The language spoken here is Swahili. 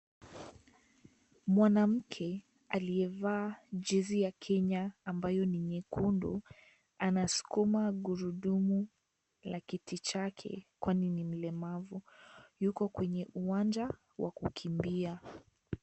Mwanamke aliyevaa jezi ya Kenya ambayo ni nyekundu, anasukuma gurudumu la kiti chake, kwani ni mlemavu. Yuko kwenye uwanja wa kukimbia.